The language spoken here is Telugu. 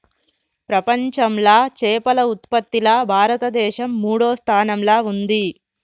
ప్రపంచంలా చేపల ఉత్పత్తిలా భారతదేశం మూడో స్థానంలా ఉంది